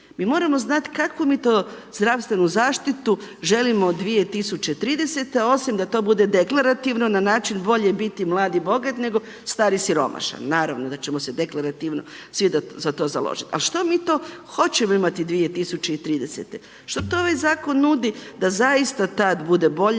Mi moramo znati kakvu mi to zdravstvenu zaštitu želimo 2030. osim da to bude deklarativno na način bolje biti mlad i bogat nego star i siromašan. Naravno da ćemo se deklarativno svi za to založiti. Ali što mi to hoćemo imati 2030.? Što to ovaj zakon nudi da zaista tada bude bolje,